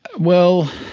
well,